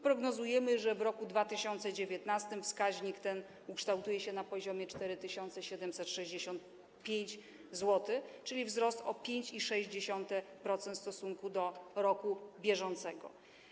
Prognozujemy, że w roku 2019 wskaźnik ten ukształtuje się na poziomie 4765 zł, czyli będzie to wzrost o 5,6% w stosunku do roku bieżącego.